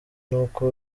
n’uko